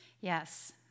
Yes